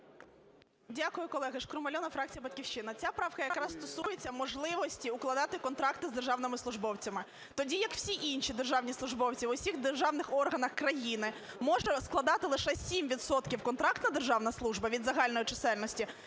Дякую, колеги. Шкрум Альона, фракція "Батьківщина". Ця правка якраз стосується можливості укладати контракти з державними службовцями. Тоді, як всі інші державні службовці у всіх державних органах країни може складати лише 7 відсотків контрактна державна служба від загальної чисельності,